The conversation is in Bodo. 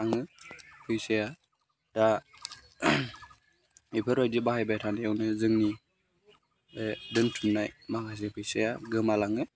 थाङो फैसाया दा बेफोरबायदि बाहायबाय थानायावनो जोंनि बे दोनथुमनाय माखासे फैसाया गोमालाङो